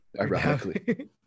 Ironically